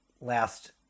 last